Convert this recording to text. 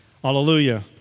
Hallelujah